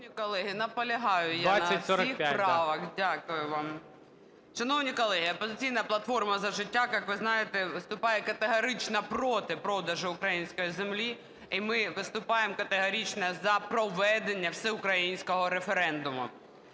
2045, да. КОРОЛЕВСЬКА Н.Ю. Дякую вам. Шановні колеги, "Опозиційна платформа - За життя", як ви знаєте, виступає категорично проти продажу української землі, і ми виступаємо категорично за проведення всеукраїнського референдуму.